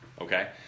Okay